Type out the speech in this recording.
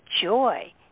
joy